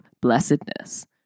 blessedness